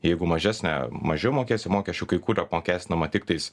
jeigu mažesnę mažiau mokėsim mokesčių kai kur apmokestinama tiktais